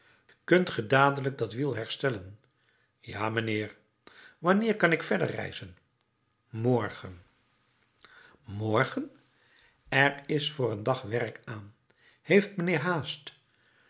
kunt ge dadelijk dat wiel herstellen ja mijnheer wanneer kan ik verder reizen morgen morgen er is voor een dag werk aan heeft mijnheer haast